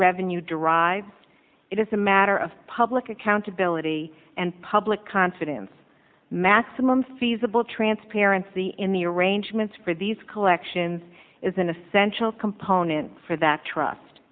revenue derives it is a matter of public accountability and public confidence maximum feasible transparency in the arrangements for these collections is an essential component for that trust